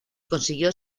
consiguió